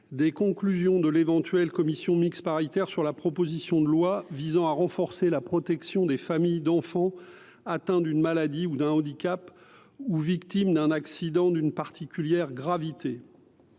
des conclusions de l’éventuelle commission mixte paritaire sur la proposition de loi visant à renforcer la protection des familles d’enfants atteints d’une maladie ou d’un handicap ou victimes d’un accident d’une particulière gravité.